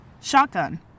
Shotgun